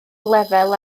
lefel